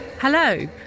Hello